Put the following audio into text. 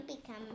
become